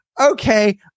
Okay